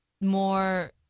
more